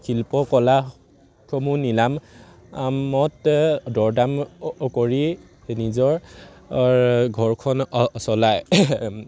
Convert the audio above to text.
শিল্প কলাসমূহ নিলামত দৰদাম কৰি নিজৰ ঘৰখন চলায়